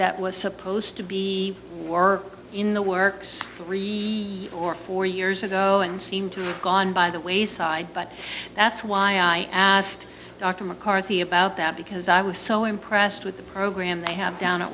that was supposed to be work in the works three years or four years ago and seem to have gone by the wayside but that's why i asked dr mccarthy about that because i was so impressed with the program i have down at